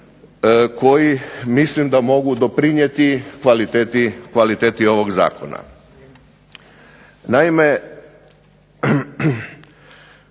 koje mislim da mogu doprinijeti kvaliteti ovog Zakona. Naime,